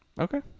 Okay